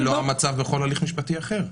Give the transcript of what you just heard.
זה לא המצב בכל הליך משפטי אחר.